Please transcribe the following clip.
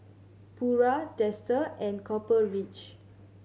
Pura Dester and Copper Ridge